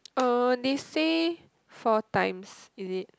uh they say four times is it